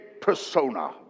persona